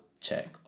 check